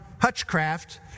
Hutchcraft